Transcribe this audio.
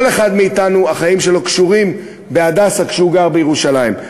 כל אחד מאתנו החיים שלו קשורים ב"הדסה" כשהוא גר בירושלים.